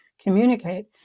communicate